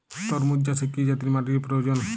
তরমুজ চাষে কি জাতীয় মাটির প্রয়োজন?